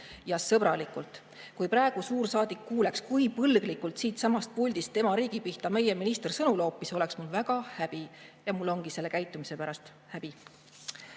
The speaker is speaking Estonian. ja sõbralikult. Kui praegu suursaadik kuuleks, kui põlglikult siitsamast puldist tema riigi pihta meie minister sõnu loopis, oleks mul väga häbi. Ja mul ongi selle käitumise pärast häbi.